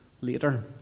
later